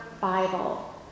Bible